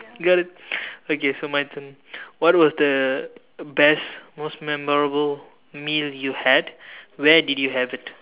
got it okay so my turn what was the best most memorable meal you had where did you have it